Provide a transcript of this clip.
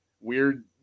weird